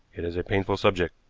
it is a painful subject.